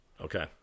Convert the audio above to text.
Okay